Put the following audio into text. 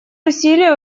усилия